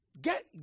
get